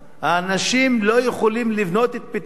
האנשים לא יכולים לבנות את ביתם על